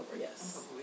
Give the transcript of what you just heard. yes